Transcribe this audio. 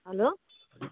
hello